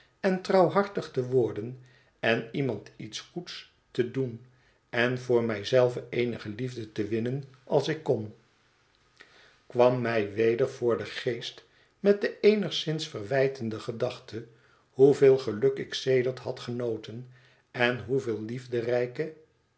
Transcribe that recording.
en trouwhartig te worden en iemand iets goeds te doen en voor mij zelve eenige liefde te winnen als ik kon kwam mij weder voor den geest met de eenigszins verwijtende gedachte hoeveel geluk ik sedert had genoten en hoeveel